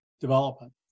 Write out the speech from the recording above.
development